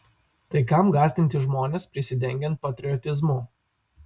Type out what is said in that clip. tai kam gąsdinti žmones prisidengiant patriotizmu